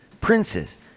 princes